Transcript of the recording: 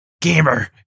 gamer